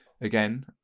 again